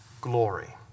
glory